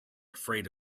afraid